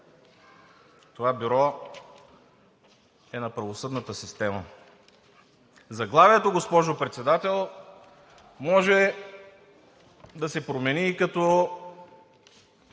Това Бюро е на правосъдната система. Заглавието, госпожо Председател, може да се промени и като: